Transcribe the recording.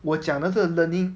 我讲的是 learning